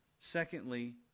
Secondly